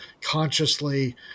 consciously